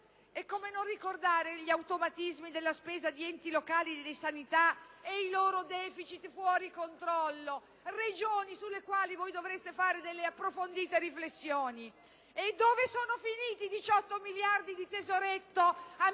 Come non ricordare poi gli automatismi della spesa di enti locali e di sanità e il loro deficit fuori controllo, Regioni sulle quali voi dovreste fare delle approfondite riflessioni? E dove sono finiti i 18 miliardi di tesoretto amministrati o,